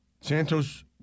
Santos